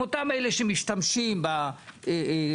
אומרים: אני בעד הגנת הסביבה,